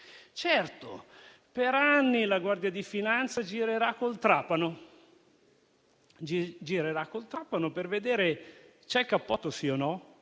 Certo, per anni la Guardia di finanza girerà col trapano per vedere se c'è il cappotto o no